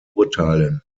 urteilen